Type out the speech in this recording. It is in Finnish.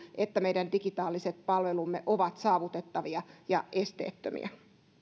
että meidän digitaaliset palvelumme ovat saavutettavia ja esteettömiä